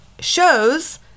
shows